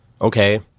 okay